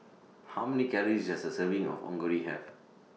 How Many Calories Does A Serving of Onigiri Have